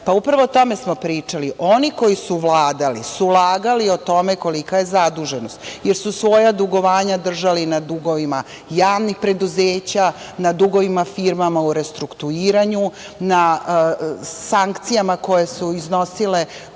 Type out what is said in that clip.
29. Upravo smo o tome pričali. Oni koji su vladali su lagali o tome kolika je zaduženost, jer su svoja dugovanja držali na dugovima javnih preduzeća, na dugovima firmi u restrukturiranju, na sankcijama koje su iznosile